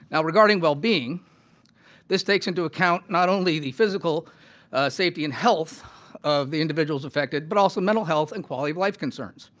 while regarding well-being this takes into account not only the physical safety and health of individuals affected but also mental health and quality of life concerns.